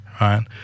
right